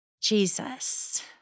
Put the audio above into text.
Jesus